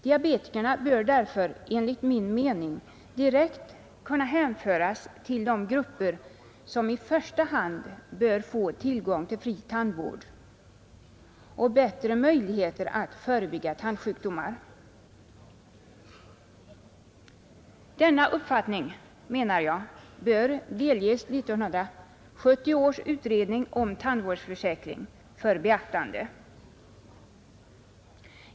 Diabetikerna bör därför enligt min mening direkt kunna hänföras till de grupper som i första hand bör få tillgång till fri tandvård och bättre möjligheter att förebygga tandsjukdomar. Denna uppfattning, menar jag, bör delges 1970 års utredning om tandvårdsförsäkring för beaktande.